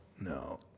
No